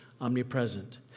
omnipresent